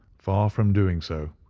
far from doing so,